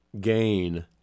gain